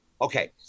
Okay